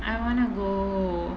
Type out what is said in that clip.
I wanna go